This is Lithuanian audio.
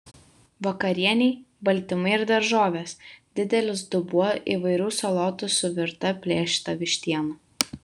vakarienei baltymai ir daržovės didelis dubuo įvairių salotų su virta plėšyta vištiena